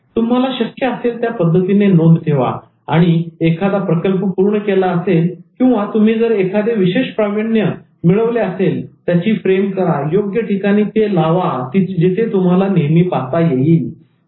तुम्हाला शक्य असेल त्या पद्धतीने नोंद ठेवा आणि एखादा प्रकल्प पूर्ण केला असेल किंवा तुम्ही जर एखादे विशेष प्रावीण्यप्रशस्तीपत्र मिळवले असेल त्याची फ्रेम करा योग्य ठिकाणी ती लावा जिथे तुम्हाला नेहमी पाहता येईल